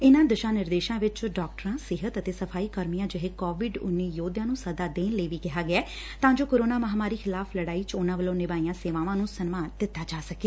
ਇਨ੍ਨਾਂ ਦਿਸ਼ਾ ਨਿਰਦੇਸ਼ਾਂ ਵਿਚ ਡਾਕਟਰਾਂ ਸਿਹਤ ਅਤੇ ਸਫ਼ਾਈ ਕਰਮੀਆਂ ਜਿਹੇ ਕੋਵਿਡ ਯੋਧਿਆਂ ਨ੍ੰ ਸੱਦਾ ਦੇਣ ਲੱਈ ਵੀ ਕਿਹਾ ਗਿਐ ਤਾਂ ਜੋ ਕੋਰੋਨਾ ਮਹਾਂਮਾਰੀ ਖਿਲਾਫ਼ ਲੜਾਈ ਚ ਉਨਾਂ ਵੱਲੋ ਨਿਭਾਈਆਂ ਸੇਵਾਵਾਂ ਨੂੰ ਸਨਮਾਨ ਦਿੱਤਾ ਜਾ ਸਕੇ